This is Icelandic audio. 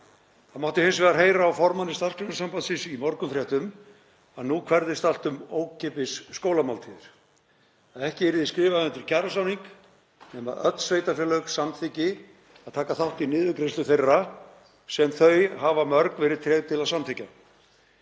Það mátti hins vegar heyra á formanni Starfsgreinasambandsins í morgunfréttum að nú hverfðist allt um ókeypis skólamáltíðir, að ekki yrði skrifað undir kjarasamning nema öll sveitarfélög samþykki að taka þátt í niðurgreiðslu þeirra, sem þau hafa mörg verið treg til að samþykkja.